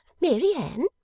Mary-Anne